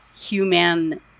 human